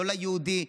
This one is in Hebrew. לא ליהודי,